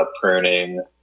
pruning